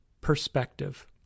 perspective